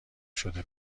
شده